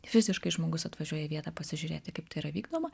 fiziškai žmogus atvažiuoja į vietą pasižiūrėti kaip tai yra vykdoma